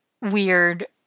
weird